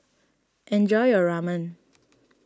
enjoy your Ramen